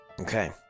Okay